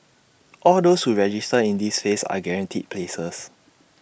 all those who register in this phase are guaranteed places